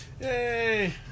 Yay